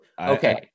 Okay